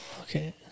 Okay